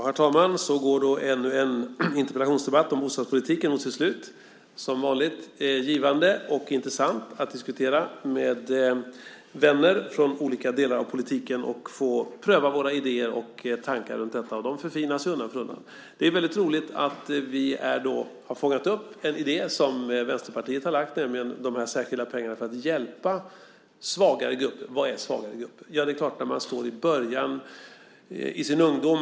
Herr talman! Så går då ännu en interpellationsdebatt om bostadspolitiken mot sitt slut. Det är som vanligt givande och intressant att diskutera med vänner från olika delar av politiken och få pröva våra idéer och tankar runt detta. De förfinas ju undan för undan. Det är väldigt roligt att vi har fångat upp en idé som Vänsterpartiet har lagt fram, nämligen de särskilda pengarna för att hjälpa svagare grupper. Vad är svagare grupper? Det är när man står i början, i sin ungdom.